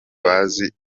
bazi